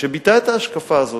שביטא את ההשקפה הזאת,